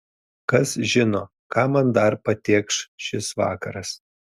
kas žino ką man dar patėkš šis vakaras